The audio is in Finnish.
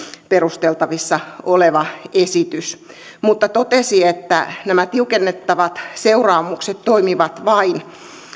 perusteltavissa oleva esitys mutta totesi että nämä tiukennettavat seuraamukset toimivat vain